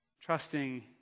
trusting